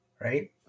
right